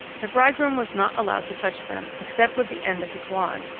the bridegroom was not allowed to touch them, except with the end of his wand,